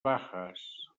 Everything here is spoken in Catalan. bajas